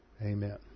Amen